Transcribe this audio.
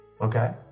Okay